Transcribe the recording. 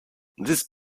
this